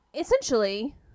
essentially